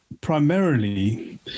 primarily